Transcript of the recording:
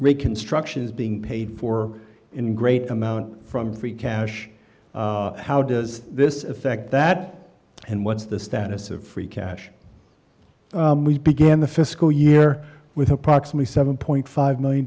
reconstruction is being paid for in great amount from free cash how does this affect that and what's the status of free cash we began the fiscal year with approximately seven point five million